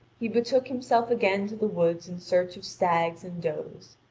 he betook himself again to the woods in search of stags and does.